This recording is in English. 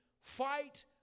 fight